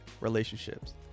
relationships